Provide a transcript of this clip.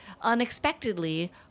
unexpectedly